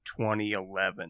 2011